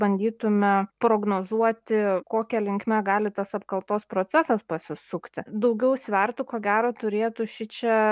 bandytume prognozuoti kokia linkme gali tas apkaltos procesas pasisukti daugiau svertų ko gero turėtų šičia